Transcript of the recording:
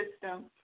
system